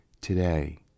today